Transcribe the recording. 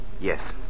Yes